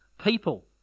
people